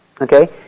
Okay